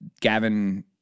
Gavin